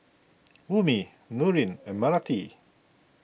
Ummi Nurin and Melati